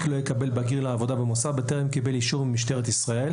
לא יקבל בגיר לעבודה במוסד בטרם קיבל אישור ממשטרת ישראל".